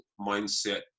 mindset